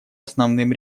основным